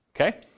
Okay